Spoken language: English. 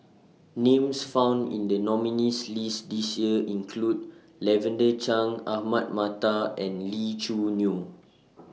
Names found in The nominees' list This Year include Lavender Chang Ahmad Mattar and Lee Choo Neo